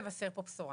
לבשר פה בשורה